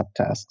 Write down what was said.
subtasks